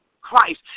Christ